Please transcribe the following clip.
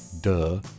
Duh